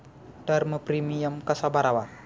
Term premium कसा भरावा?